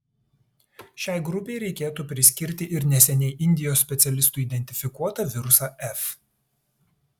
šiai grupei reikėtų priskirti ir neseniai indijos specialistų identifikuotą virusą f